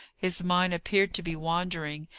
his mind appeared to be wandering,